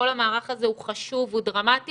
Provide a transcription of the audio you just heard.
כל המערך הזה הוא חשוב והוא דרמטי